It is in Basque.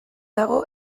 dago